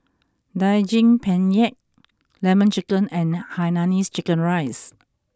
Daging Penyet Lemon Chicken and Hainanese Chicken Rice